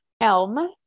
elm